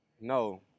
No